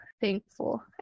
thankful